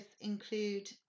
include